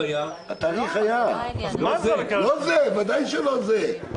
התאריך היה לא זה, בוודאי שלא זה,